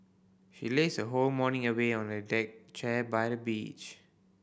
she lazed her whole morning away on a deck chair by the beach